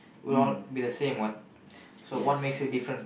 we'll all be the same what so what makes you different